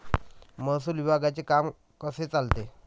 महसूल विभागाचे काम कसे चालते?